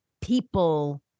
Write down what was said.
people